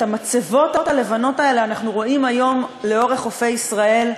את המצבות הלבנות האלה אנחנו רואים היום לאורך חופי ישראל,